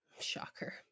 Shocker